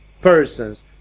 persons